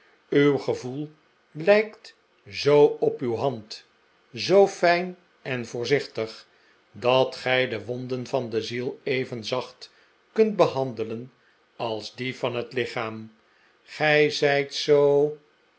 uw gevoel lijkt zoo op uw hand zoo fijn en voorzichtig dat gij de wonden van de ziel even zacht kunt behandelen als die van het lichaam gij zijt